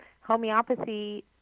Homeopathy